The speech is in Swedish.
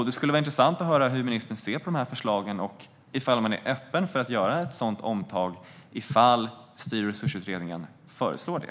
Det skulle vara intressant att höra hur ministern ser på dessa förslag och om hon är öppen för att göra ett sådant omtag ifall styr och resursutredningen föreslår det.